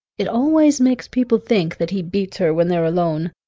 it always makes people think that he beats her when they're alone.